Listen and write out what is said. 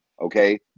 okay